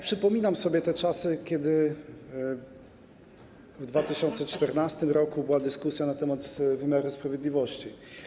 Przypominam sobie te czasy, kiedy w 2014 r. była dyskusja na temat wymiaru sprawiedliwości.